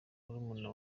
murumuna